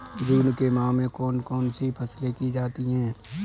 जून के माह में कौन कौन सी फसलें की जाती हैं?